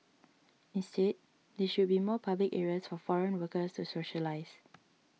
instead there should be more public areas for foreign workers to socialise